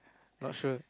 not sure